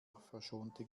verschonte